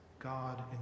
God